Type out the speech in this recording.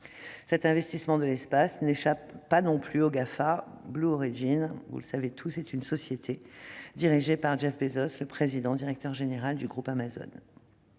Cet investissement de l'espace n'échappe pas non plus aux GAFA. Blue Origin est ainsi une société dirigée par Jeff Bezos, le président-directeur général du groupe Amazon.